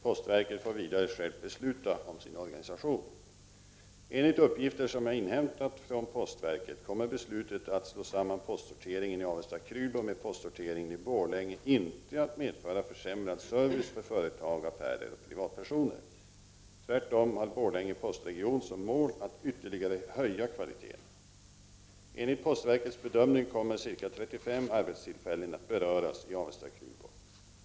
Postverket får vidare självt besluta om sin organisation. Enligt uppgifter som jag inhämtat från postverket kommer beslutet att slå samman postsorteringen i Avesta Krylbo.